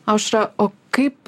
aušra o kaip